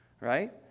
Right